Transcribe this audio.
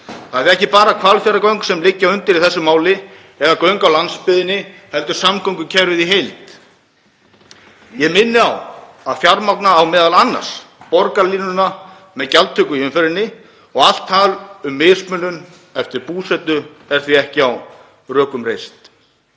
Það eru ekki bara Hvalfjarðargöng sem liggja undir í þessu máli, eða göng á landsbyggðinni, heldur samgöngukerfið í heild. Ég minni á að fjármagna á m.a. borgarlínuna með gjaldtöku í umferðinni og allt tal um mismunun eftir búsetu er því ekki á rökum reist.